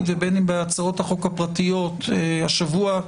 ובין אם בהצעות החוק הפרטיות השבוע,